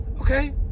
Okay